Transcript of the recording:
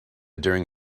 during